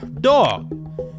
dog